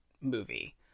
movie